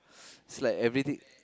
is like everything